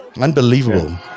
Unbelievable